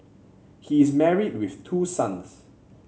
he is married with two sons